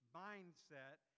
mindset